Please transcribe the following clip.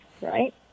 right